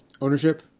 ownership